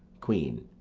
queen.